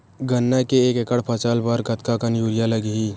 गन्ना के एक एकड़ फसल बर कतका कन यूरिया लगही?